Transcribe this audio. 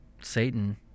Satan